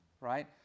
right